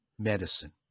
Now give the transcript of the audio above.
medicine